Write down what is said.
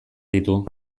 ditu